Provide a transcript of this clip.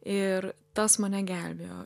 ir tas mane gelbėjo